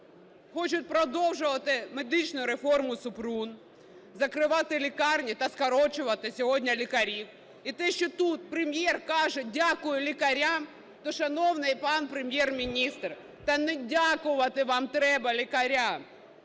хочуть продовжувати медичну реформу Супрун: закривати лікарні та скорочувати сьогодні лікарів. І те, що тут Прем'єр каже "дякую лікарям", то, шановний пане Прем'єр-міністре, та не дякувати вам треба лікарям.